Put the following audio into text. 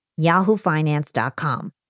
yahoofinance.com